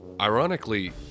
Ironically